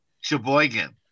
Sheboygan